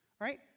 Right